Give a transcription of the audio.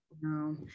No